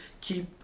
keep